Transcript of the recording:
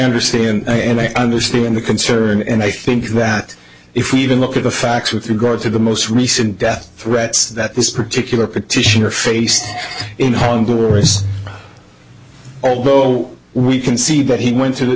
anderson and i understand the concern and i think that if you even look at the facts with regard to the most recent death threats that this particular petitioner faced in honduras although we can see that he went to th